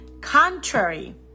contrary